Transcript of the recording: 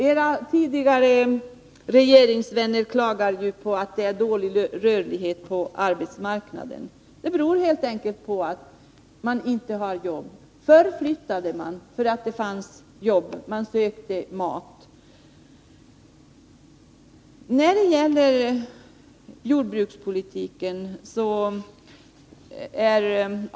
Arne Franssons tidigare regeringsvänner klagade ju också över att rörligheten på arbetsmarknaden var så dålig. Det beror helt enkelt på att det inte finns jobb. Förr fanns det jobb, och då flyttade människorna.